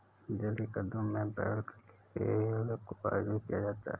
जलीकट्टू में बैल के खेल को आयोजित किया जाता है